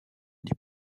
des